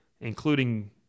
including